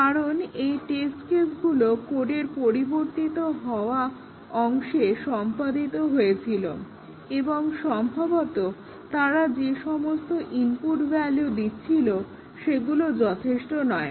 কারণ এই টেস্ট কেসগুলো কোডের পরিবর্তিত হওয়া অংশে সম্পাদিত হয়েছিল এবং সম্ভবত তারা যে সমস্ত ইনপুট ভ্যালুগুলো দিচ্ছিল সেগুলো যথেষ্ট নয়